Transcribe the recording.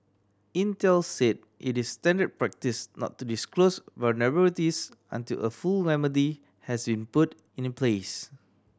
Intel said it is standard practice not to disclose vulnerabilities until a full remedy has been put in the place